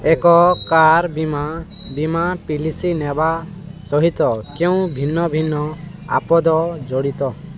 ଏକ କାର୍ ବୀମା ବୀମା ପଲିସି ନେବା ସହିତ କେଉଁ ଭିନ୍ନ ଭିନ୍ନ ଆପଦ ଜଡ଼ିତ